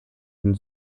hin